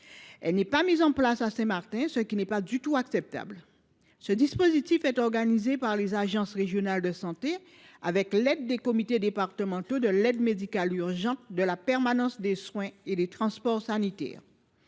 Elle n’est pas mise en place à Saint Martin, ce qui n’est pas du tout acceptable. Ce dispositif est organisé par les agences régionales de santé avec l’aide des comités départementaux de l’aide médicale urgente, de la permanence des soins et des transports sanitaires